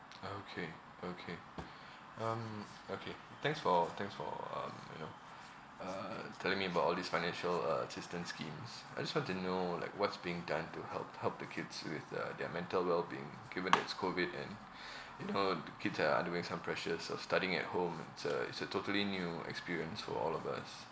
okay okay um okay thanks for thanks for um you know uh telling me about all these financial uh assistance schemes I just want to know like what's being done to help help the kids with uh their mental well being given there's COVID and you know the kids are undergoing some pressures of studying at home it's a it's a totally new experience for all of us